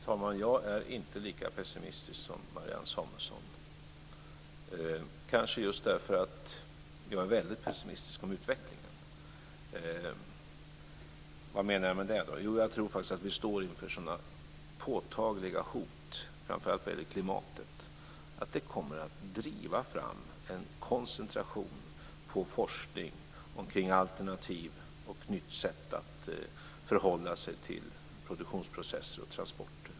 Fru talman! Jag är inte lika pessimistisk som Marianne Samuelsson, kanske just därför att jag är väldigt pessimistisk när det gäller utvecklingen. Vad menar jag med det? Jo, jag tror faktiskt att vi står inför sådana påtagliga hot framför allt vad gäller klimatet att det kommer att driva fram en koncentration på forskning om alternativ och nya sätt att förhålla sig till produktionsprocesser och transporter.